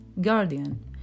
Guardian